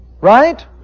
Right